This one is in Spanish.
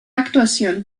actuación